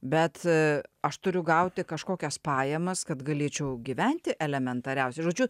bet a aš turiu gauti kažkokias pajamas kad galėčiau gyventi elementariausiai žodžiu